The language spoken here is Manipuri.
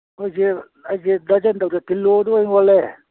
ꯑꯩꯈꯣꯏꯁꯦ ꯑꯩꯁꯦ ꯗ꯭ꯔꯖꯟ ꯇꯧꯗꯦ ꯀꯤꯂꯣꯗ ꯑꯣꯏ ꯑꯣꯜꯂꯦ